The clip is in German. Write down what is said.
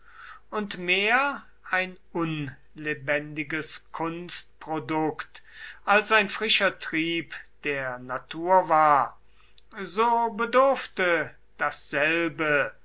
und mehr ein unlebendiges kunstprodukt als ein frischer trieb der natur war so bedurfte dasselbe